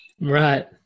Right